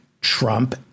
Trump